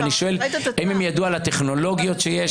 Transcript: ואני שואל: האם הם ידעו על הטכנולוגיות שיש?